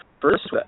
first